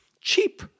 cheap